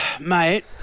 Mate